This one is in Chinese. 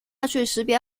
识别